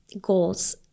goals